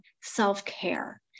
self-care